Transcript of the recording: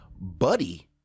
buddy